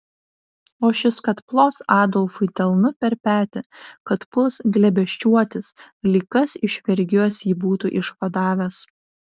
o šis kad plos adolfui delnu per petį kad puls glėbesčiuotis lyg kas iš vergijos jį būti išvadavęs